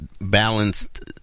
balanced